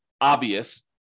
obvious